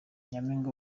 nyampinga